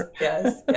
yes